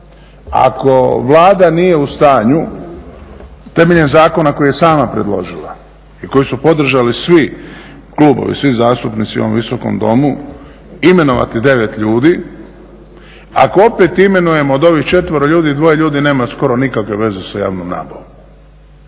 Ako Vlada nije u stanju temeljem zakona koji je sama predložila i koji su podržali svi klubovi, svi zastupnici u ovom Visokom domu imenovati 9 ljudi. Ako opet imenujemo od ovih četvero ljudi dvoje ljudi nema skoro nikakve veze sa javnom nabavom.